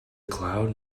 cloud